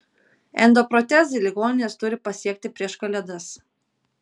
endoprotezai ligonines turi pasiekti prieš kalėdas